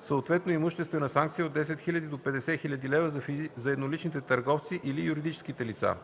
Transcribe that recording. съответно имуществена санкция от 10 000 до 50 000 лв. – за едноличните търговци или юридическите лица.